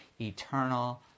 eternal